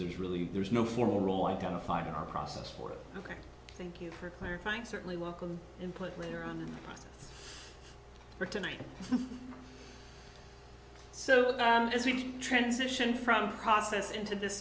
that really there's no formal role identified in our process for it ok thank you for clarifying certainly welcome input later on for tonight so as we transition from process into this